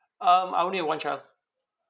um I only have one child